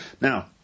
Now